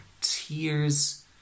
tears